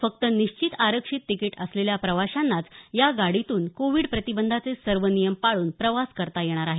फक्त निश्चित आरक्षित तिकीट असलेल्या प्रवाशांनाच या गाडीतून कोविड प्रतिबंधाचे सर्व नियम पाळून प्रवास करता येणार आहे